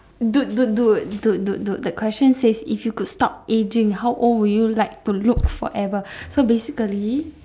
dude dude dude dude dude dude that question says if you could stop ageing how old would you like to look forever so basically